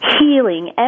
healing